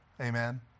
Amen